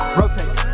rotate